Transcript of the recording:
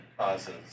Causes